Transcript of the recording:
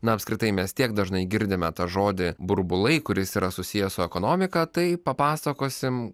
na apskritai mes tiek dažnai girdime tą žodį burbulai kuris yra susijęs su ekonomika tai papasakosim